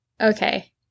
Okay